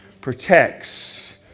protects